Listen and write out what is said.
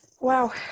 Wow